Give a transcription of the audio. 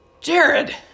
Jared